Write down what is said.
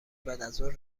بعدازظهر